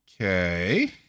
okay